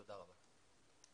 תודה רבה.